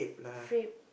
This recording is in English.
frappe